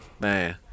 man